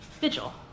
Vigil